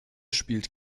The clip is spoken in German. spielt